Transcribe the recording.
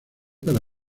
para